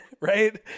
right